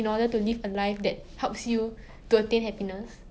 seven rings or something